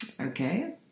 Okay